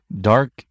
Dark